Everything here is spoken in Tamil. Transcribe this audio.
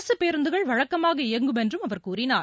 அரசு பேருந்துகள் வழக்கமாக இயங்கும் என்றும் அவர் கூறினார்